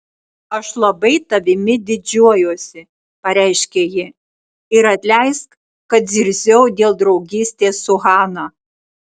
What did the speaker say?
aš labai tavimi didžiuojuosi pareiškė ji ir atleisk kad zirziau dėl draugystės su hana